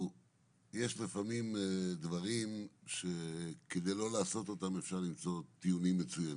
יש לפעמים דברים שכדי לא לעשות אותם אפשר למצוא טיעונים מצוינים,